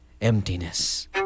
Emptiness